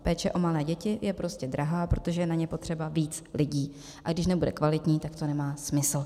Péče o malé děti je prostě drahá, protože je na ně potřeba víc lidí, a když nebude kvalitní, tak to nemá smysl.